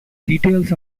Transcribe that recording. details